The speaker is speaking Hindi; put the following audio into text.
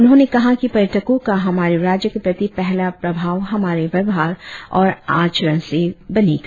उन्होंने कहा कि पर्यटको का हमारे राज्य के प्रति पहला प्रभाव हमारे व्यवहार और आचरण से बनेगा